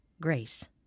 grace